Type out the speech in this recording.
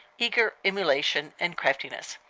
eager emulation, and craftiness.